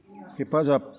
हेफाजाब